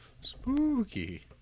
Spooky